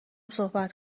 صحبت